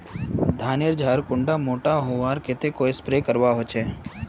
धानेर झार कुंडा मोटा होबार केते कोई स्प्रे करवा होचए?